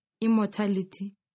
immortality